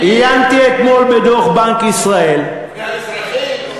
עיינתי אתמול בדוח בנק ישראל, מהאזרחים,